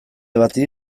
bati